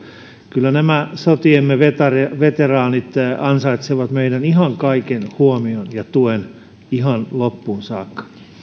kyllä sotiemme veteraanit ansaitsevat meidän ihan kaiken huomiomme ja tukemme ihan loppuun saakka